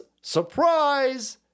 surprise